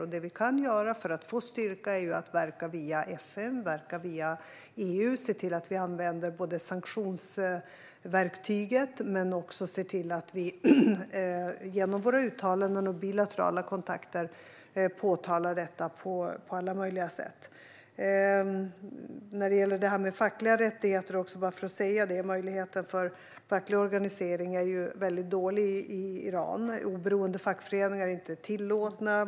Det vi kan göra för att få styrka är att verka via FN och EU och använda sanktionsverktyget men också att genom våra uttalanden och bilaterala kontakter påtala detta på alla möjliga sätt. Situationen när det gäller fackliga rättigheter och möjligheten till facklig organisering är väldigt dålig i Iran. Oberoende fackföreningar är inte tillåtna.